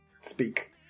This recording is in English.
Speak